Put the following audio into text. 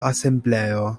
asembleo